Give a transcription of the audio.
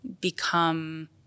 become